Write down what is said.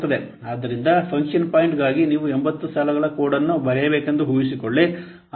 ಆದ್ದರಿಂದ ಫಂಕ್ಷನ್ ಪಾಯಿಂಟ್ಗಾಗಿ ನೀವು 80 ಸಾಲುಗಳ ಕೋಡ್ ಅನ್ನು ಬರೆಯಬೇಕೆಂದು ಊಹಿಸಿಕೊಳ್ಳಿ